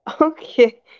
Okay